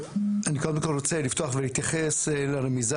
אני קודם כל רוצה לפתוח ולהתייחס לרמיזה